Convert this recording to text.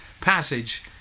passage